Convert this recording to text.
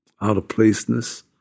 out-of-placeness